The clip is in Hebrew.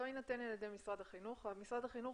לא יינתן על ידי משרד החינוך אבל משרד החינוך